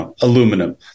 aluminum